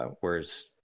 Whereas